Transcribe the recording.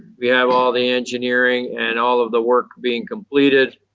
we have all the engineering and all of the work being completed.